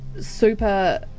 super